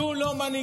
זו לא מנהיגות.